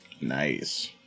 Nice